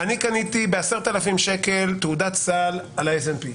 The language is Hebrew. -- אני קניתי ב-10,000 שקל תעודת סל על ה-S&P.